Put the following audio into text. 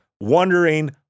wondering